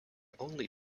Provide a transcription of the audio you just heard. only